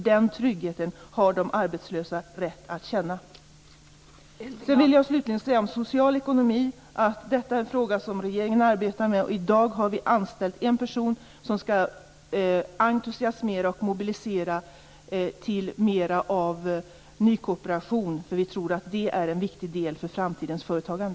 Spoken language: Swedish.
Den tryggheten har de arbetslösa rätt att känna. Jag vill slutligen säga att regeringen arbetar med frågorna kring social ekonomi. I dag har vi anställt en person som skall entusiasmera till och mobilisera mer av nykooperation. Vi tror att det är en viktig del i framtidens företagande.